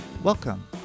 Welcome